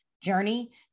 journey